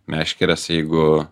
meškerės jeigu